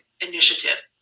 Initiative